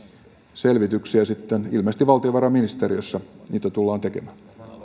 selvityksiä ilmeisesti valtiovarainministeriössä niitä tullaan tekemään